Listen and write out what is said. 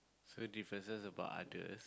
so differences about others